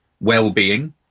well-being